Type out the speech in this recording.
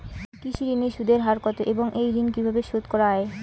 কৃষি ঋণের সুদের হার কত এবং এই ঋণ কীভাবে শোধ করা য়ায়?